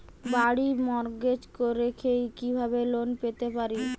বাড়ি মর্টগেজ রেখে কিভাবে লোন পেতে পারি?